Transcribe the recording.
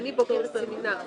יש לכם עוד דברים ש